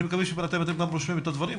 אני מקווה שאתם גם רושמים את הדברים,